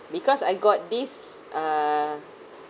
because I got this err